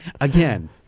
Again